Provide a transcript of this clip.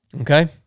Okay